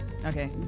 Okay